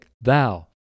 thou